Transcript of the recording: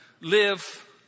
live